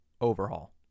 overhaul